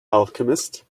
alchemist